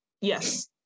Yes